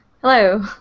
Hello